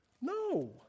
No